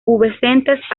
pubescentes